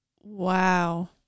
Wow